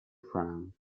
frown